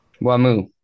Wamu